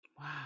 Wow